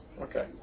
Okay